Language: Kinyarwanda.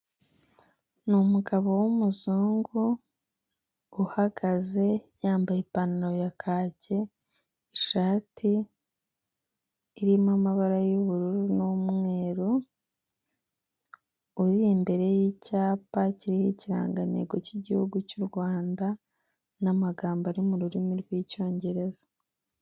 Ni umugabo w'umuzungu uhagaze yambaye ipantaro ya kage, ishati irimo amabara y'ubururu n'umweru, uri imbere y'icyapa kiriho ikirangantego cy'igihugu cy'u Rwanda n'amagambo ari mu rurimi rw'Icyongereza.